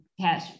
cash